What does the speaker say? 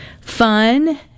fun